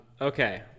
Okay